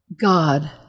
God